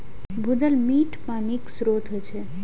भूजल मीठ पानिक स्रोत होइ छै